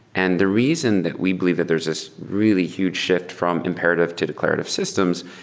and the reason that we believe that there's this really huge shift from imperative to declarative systems,